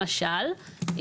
למשל,